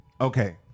okay